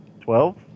Twelve